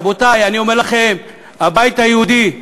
רבותי, אני אומר לכם, הבית היהודי,